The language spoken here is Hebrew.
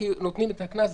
כי נותנים את הקנס,